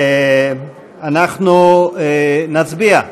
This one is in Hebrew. אנחנו נצביע.